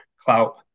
Clout